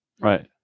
Right